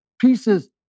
Pieces